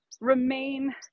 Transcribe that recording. remain